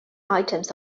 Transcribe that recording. items